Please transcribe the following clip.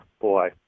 Boy